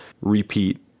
repeat